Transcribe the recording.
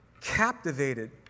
captivated